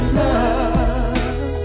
love